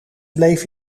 bleef